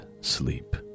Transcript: sleep